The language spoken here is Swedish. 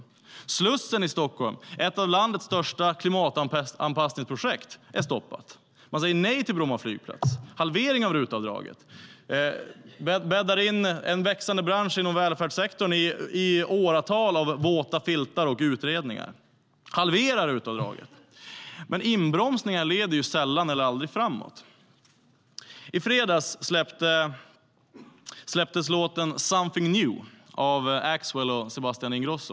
Ombyggnaden av Slussen i Stockholm, ett av landets största klimatanpassningsprojekt, är stoppad. Man säger nej till Bromma flygplats, man halverar RUT-avdraget och man bäddar in en växande bransch inom välfärdssektorn i åratal av våta filtar och utredningar. Men inbromsningar leder sällan eller aldrig framåt.I fredags släpptes låten Something New av Axwell och Sebastian Ingrosso.